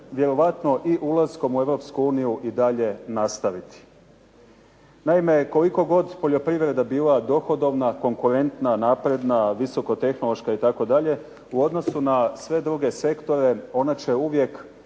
vjerojatno i ulaskom u Europsku uniju i dalje nastaviti. Naime, koliko god poljoprivreda bila dohodovna, konkurentna, napredna, visoko tehnološka itd. u odnosu na sve druge sektore ona će uvijek